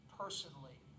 personally